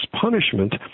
punishment